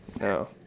No